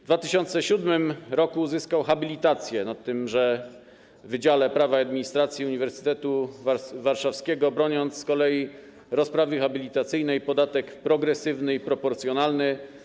W 2007 r. uzyskał habilitację na tymże Wydziale Prawa i Administracji Uniwersytetu Warszawskiego, broniąc z kolei rozprawy habilitacyjnej „Podatek progresywny i proporcjonalny.